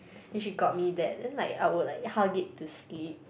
then she got me that then like I would like hug it to sleep